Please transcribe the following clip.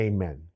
Amen